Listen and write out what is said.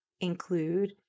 include